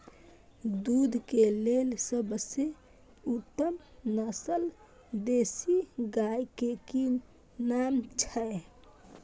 दूध के लेल सबसे उत्तम नस्ल देसी गाय के की नाम छै?